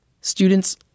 Students